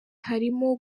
harimo